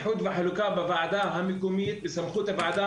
איחוד וחלוקה בוועדה המקומית ובסמכותה.